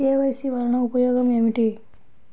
KYC వలన ఉపయోగం ఏమిటీ?